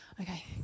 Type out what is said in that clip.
Okay